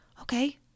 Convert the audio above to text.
Okay